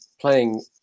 playing